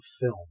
film